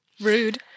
Rude